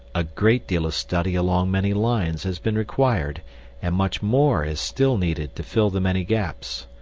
a great deal of study along many lines has been required and much more is still needed to fill the many gaps.